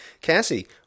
Cassie